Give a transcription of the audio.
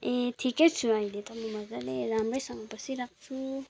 ए ठिकै छु अहिले त म मज्जाले राम्रैसँग बसिरहेको छु